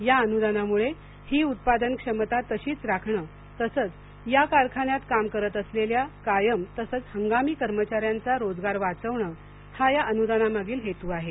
या अनुदानामुळे हि उत्पादन क्षमता तशीच राखणं तसंच या कारखान्यात काम करत असलेल्या कायम तसंच हंगामी कर्मचार्यांचा रोजगार वाचवणं हा या अनुदानामागील हेतू आहे